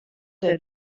der